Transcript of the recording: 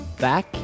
back